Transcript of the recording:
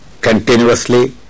continuously